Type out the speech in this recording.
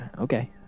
Okay